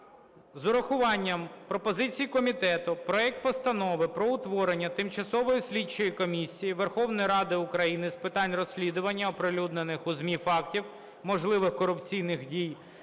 з урахуванням пропозицій комітету, проект Постанови про утворення Тимчасової слідчої комісії Верховної Ради України з питань розслідування оприлюднених у ЗМІ фактів можливих корупційних дій